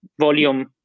volume